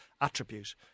attribute